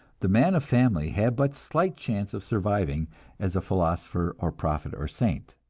the man of family had but slight chance of surviving as a philosopher or prophet or saint.